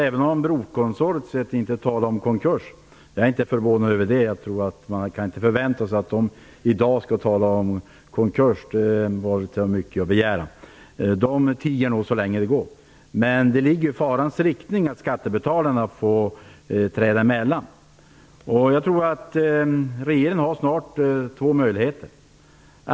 Även om brokonsortiet inte talar om konkurs - jag är inte förvånad över att de tiger så länge det går, därför att man kan inte förvänta sig att de skall tala om konkurs i dag; det vore att begära för mycket - finns det en fara för att skattebetalarna får träda emellan. Jag tror att regeringen snart har två möjligheter.